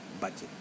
budget